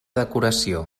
decoració